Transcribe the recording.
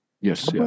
Yes